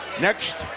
Next